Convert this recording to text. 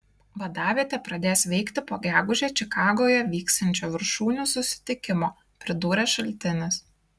vadavietė pradės veikti po gegužę čikagoje vyksiančio viršūnių susitikimo pridūrė šaltinis